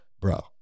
bro